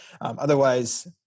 otherwise